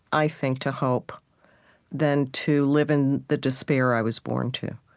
i think, to hope than to live in the despair i was born to.